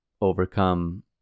overcome